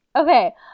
Okay